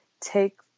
take